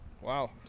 Wow